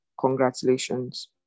Congratulations